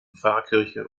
pfarrkirche